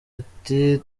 ati